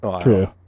True